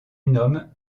nome